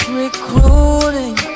recruiting